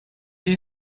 you